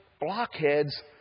blockheads